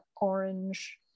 orange